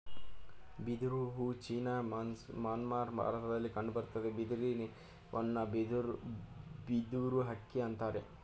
ಬಿದಿರು ಹೂ China Myanmar ಭಾರತದಲ್ಲಿ ಕಂಡುಬರ್ತದೆ ಬಿದಿರು ಹೂನ ಬಿದಿರು ಅಕ್ಕಿ ಅಂತರೆ